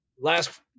last